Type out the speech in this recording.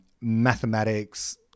mathematics